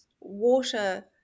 water